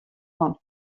fan